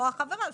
לא החברות,